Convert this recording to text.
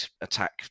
attack